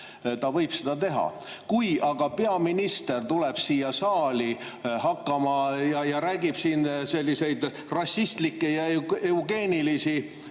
ta võib seda teha? Kui aga peaminister tuleb siia saali ja räägib siin sellistest rassistlikest eugeenilistest